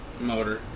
motor